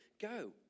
go